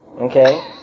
okay